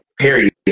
Period